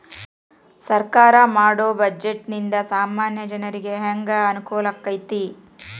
ಸರ್ಕಾರಾ ಮಾಡೊ ಬಡ್ಜೆಟ ನಿಂದಾ ಸಾಮಾನ್ಯ ಜನರಿಗೆ ಹೆಂಗ ಅನುಕೂಲಕ್ಕತಿ?